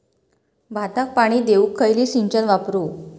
भाताक पाणी देऊक खयली सिंचन वापरू?